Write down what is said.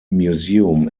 museum